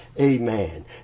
amen